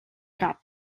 cap